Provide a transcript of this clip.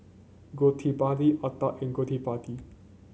Gottipati Atal and Gottipati